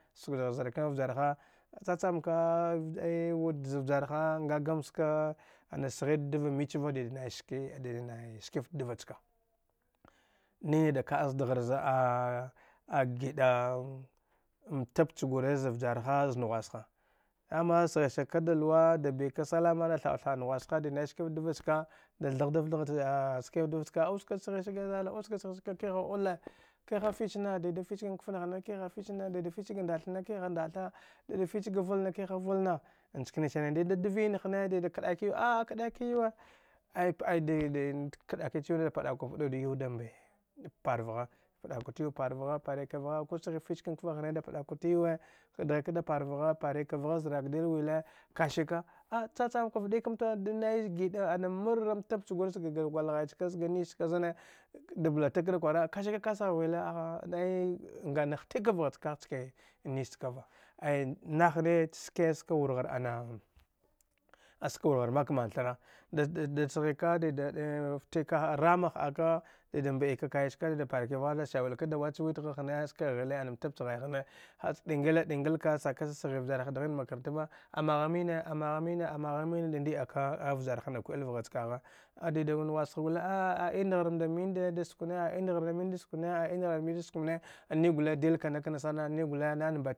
Suk dghar zɗa kan vjarha cha chamka wud za vjarha nga gam ska ana sghid dva mich va dida nai ski dida nai ski ft dvachka ni da ka’a zdgha za’a a giɗaa mtaɓ cha gure za vjarha za nghwasha, dama sghi say kada luwa da bika salama natha’ autha ‘a nghwasha dida nai skinfb dva chka da thagh daf ta skifta dva chka oska da sghisage zala oska da sghisage kiha oule hne did fich na ga ngath ne kiha ndatha dida fich ga val ne kiha valna nchkani sani didad viyin hne dida kada ki yuwe a kaɗaki yuwe a a kaɗakich yuwe da pɗa ku pvauwud yu da mbee dag parvgha pva kur yu parvgha pari kavgha ku sghi fich ga nga fa hne da pva kut yuwe zarak dil wile kashika a cha-chmka vɗikamta dinaiz giɗa ana marra mtab chagur zagaga gwalgtion chka zga nis chka zane da blata ka kwara kasaki kasagh wile aha na na titikka vghach kagh nch kame chke nis chakava ay nah ne chas ske ska warghar anam aska war ghar ana k mak manthra ftika ramma h’aka dida mmba ika kayeska dida parika vgha sawil ka da wach wit gha hne ska ghili ana mtab cha ghai hne hach ka ɗingile ɗingil ka chaka sghi vjar ha dghin mak ranta va amagha mine da ndi aka a vjarha na ku’ii vgbach kagha a dida ngwashan gule a a’ aindaghar nda min da da suk ne a indagharnda min da suk ne a indaghar nda suk ne ni gule dil kana kana sana ni gule naga mbatiwe